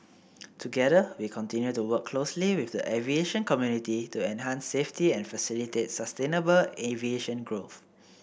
together we continue to work closely with the aviation community to enhance safety and facilitate sustainable aviation growth